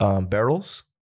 barrels